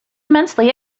immensely